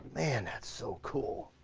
man, that's so cool!